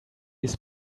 his